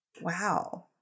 Wow